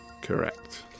Correct